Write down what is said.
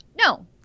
No